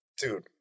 dude